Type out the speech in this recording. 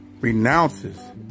renounces